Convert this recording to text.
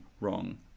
wrong